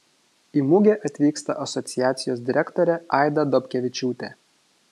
į mugę atvyksta asociacijos direktorė aida dobkevičiūtė